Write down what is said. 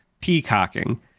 peacocking